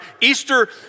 Easter